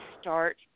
start